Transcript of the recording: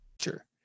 sure